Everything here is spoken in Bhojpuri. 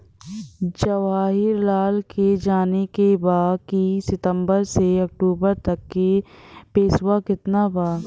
जवाहिर लाल के जाने के बा की सितंबर से अक्टूबर तक के पेसवा कितना बा?